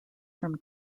from